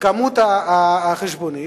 הסכום בחשבונית,